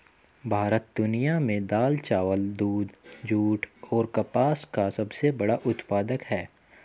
भारत दुनिया में दाल, चावल, दूध, जूट और कपास का सबसे बड़ा उत्पादक है